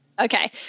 Okay